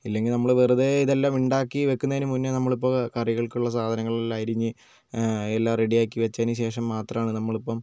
ഇല്ലെങ്കിൽ നമ്മൾ വെറുതേ ഇത് എല്ലാം ഉണ്ടാക്കി വെയ്ക്കുന്നതിനു മുൻപെ നമ്മൾ ഇപ്പോൾ കറികൾക്കുള്ള സാധനങ്ങളെല്ലാം അരിഞ്ഞ് എല്ലാം റെഡിയാക്കി വെച്ചതിനുശേഷം മാത്രമാണ് നമ്മൾ ഇപ്പം